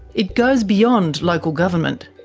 it goes beyond local government.